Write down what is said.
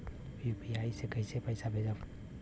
UPI से कईसे पैसा भेजब?